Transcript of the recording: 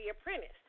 Apprentice